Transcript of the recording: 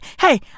Hey